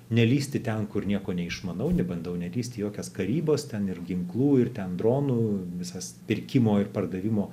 nelįsti ten kur nieko neišmanau nebandau nelįsti jokias karybas ten ir ginklų ir ten dronų visas pirkimo ir pardavimo